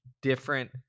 different